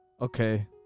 Okay